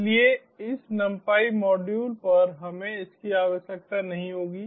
इसलिए इस numpy module पर हमें इसकी आवश्यकता नहीं होगी